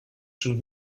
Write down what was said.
schon